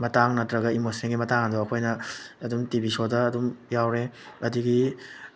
ꯃꯇꯥꯡ ꯅꯠꯇ꯭ꯔꯒ ꯏꯃꯣꯁ꯭ꯅꯦꯜꯒꯤ ꯃꯇꯥꯡ ꯑꯗꯣ ꯑꯩꯈꯣꯏꯅ ꯑꯗꯨꯝ ꯇꯤ ꯚꯤ ꯁꯣꯗ ꯑꯗꯨꯝ ꯌꯥꯎꯔꯦ ꯑꯗꯒꯤ